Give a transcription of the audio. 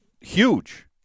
huge